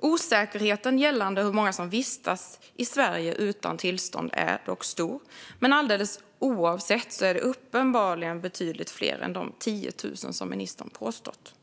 Osäkerheten gällande hur många som vistas i Sverige utan tillstånd är stor. Men alldeles oavsett är det uppenbarligen betydligt fler än de 10 000 som ministern har påstått.